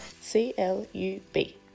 C-L-U-B